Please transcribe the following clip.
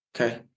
Okay